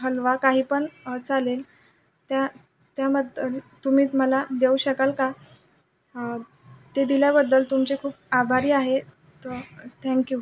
हलवा काही पण चालेल त्या त्या मग तुम्ही मला देऊ शकाल का ते दिल्याबद्दल तुमचे खूप आभारी आहे त्रॉ थँक्यू